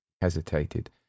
hesitated